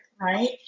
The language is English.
right